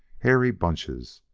hairy bunches,